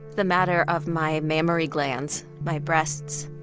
the matter of my mammary glands my breasts,